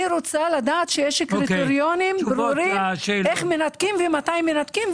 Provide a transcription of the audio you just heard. אני רוצה לדעת שיש קריטריונים ברורים איך מנתקים ומתי מנתקים,